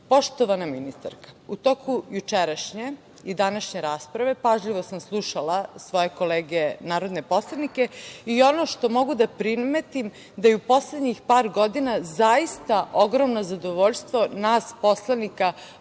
godinu. Poštovana ministarka, u toku jučerašnje i današnje rasprave pažljivo sam slušala svoje kolege narodne poslanike i ono što mogu da primetim je da je u poslednjih par godina zaista, ogromno zadovoljstvo nas poslanika